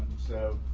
so